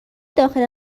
داخل